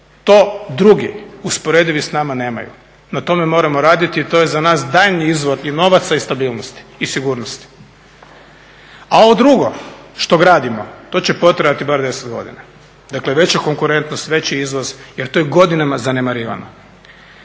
To drugi usporedivi s nama nemaju. Na tome moramo raditi jer to je za nas daljnji izvor i novaca i stabilnosti i sigurnosti. A ovo drugo što gradimo to će potrajati bar 10 godina. Dakle veća konkurentnost, veći izvoz, jer to je godinama zanemarivano.